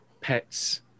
pets